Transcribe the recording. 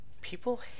People